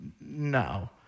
No